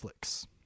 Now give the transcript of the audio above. Netflix